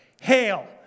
Hail